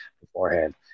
beforehand